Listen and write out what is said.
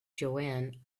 joanne